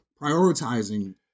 Prioritizing